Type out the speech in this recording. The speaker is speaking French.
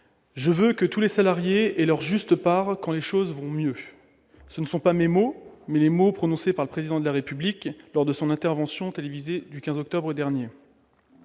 Je veux que tous les salariés aient leur juste part quand les choses vont mieux. » Ce ne sont pas mes mots, mais ceux qui ont été prononcés par le Président de la République lors de son intervention télévisée du 15 octobre dernier.